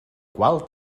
qual